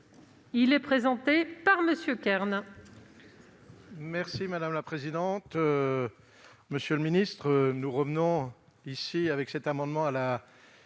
est présenté par MM. Kern